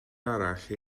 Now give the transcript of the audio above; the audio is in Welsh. arall